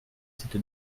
cette